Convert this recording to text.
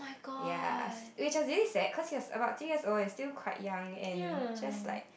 yes which was very sad cause he was about three years old and still quite young and just like